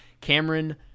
cameron